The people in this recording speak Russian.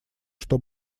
что